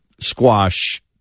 Squash